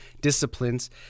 disciplines